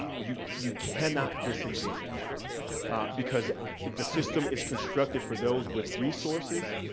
you you cannot disengage because the system is constructed for those with resources,